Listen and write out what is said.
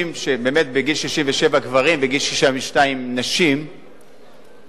גברים בגיל 67 ונשים בגיל 62,